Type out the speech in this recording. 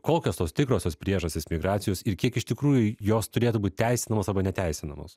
kokios tos tikrosios priežastys migracijos ir kiek iš tikrųjų jos turėtų būt teisinamos arba neteisinamos